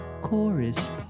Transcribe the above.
chorus